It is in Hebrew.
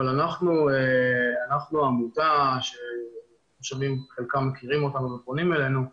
אבל אנחנו עמותה שהתושבים חלקם מכירים אותנו ופונים אלינו,